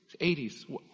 80s